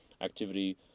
activity